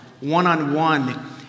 one-on-one